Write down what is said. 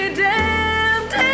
damned